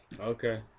Okay